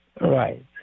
right